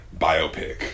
biopic